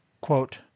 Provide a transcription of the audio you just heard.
Quote